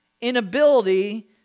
inability